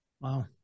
Wow